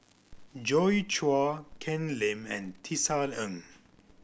Joi Chua Ken Lim and Tisa Ng